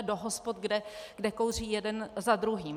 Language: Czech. Do hospod, kde kouří jeden za druhým.